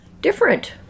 different